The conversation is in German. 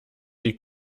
die